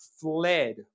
fled